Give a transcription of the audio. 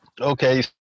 okay